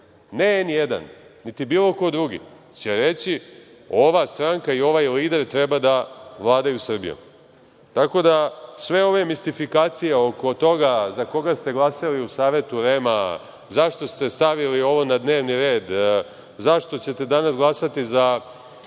ne „N1“ niti bilo ko drugi će reći, ova strana i ovaj lider treba da vladaju Srbijom. Tako da sve ove mistifikacije oko toga za koga ste glasali u Savetu REM-a, zašto ste stavili ovo na dnevni red, zašto ćete danas glasati za